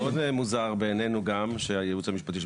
זה מאוד מוזר בעינינו גם שהייעוץ המשפטי של